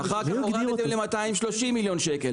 אחר כך הורדתם ל-230 מיליון ₪,